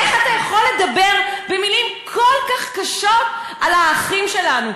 איך אתה יכול לדבר במילים כל כך קשות על האחים שלנו?